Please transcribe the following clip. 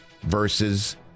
versus